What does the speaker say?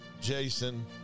Jason